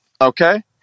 okay